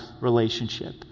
relationship